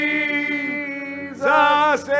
Jesus